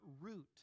root